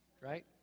right